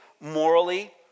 morally